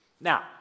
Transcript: now